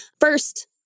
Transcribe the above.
First